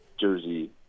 jersey